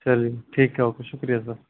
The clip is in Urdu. چلیے ٹھیک ہے اوکے شُکریہ سر